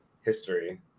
history